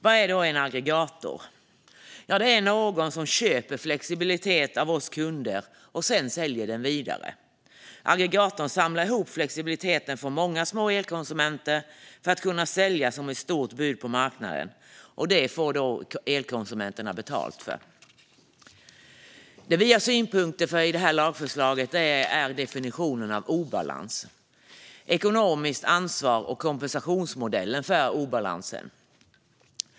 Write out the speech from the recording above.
Vad är då en aggregator? Jo, det är någon som köper flexibilitet av oss kunder och sedan säljer den vidare. Aggregatorn samlar ihop flexibilitet från många små elkonsumenter för att kunna sälja det som ett stort bud på marknaden, och detta får elkonsumenterna betalt för. Vi har synpunkter på lagförslagets definition av obalans, ekonomiskt ansvar och kompensationsmodellen för obalansen.